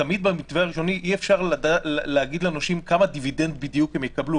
תמיד במתווה הראשוני אי אפשר להגיד לנושים כמה דיווידנד בדיוק הם יקבלו